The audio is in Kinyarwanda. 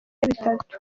bitatu